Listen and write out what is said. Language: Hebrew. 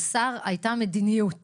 לשר הייתה מדיניות